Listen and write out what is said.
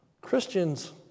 Christians